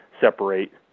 separate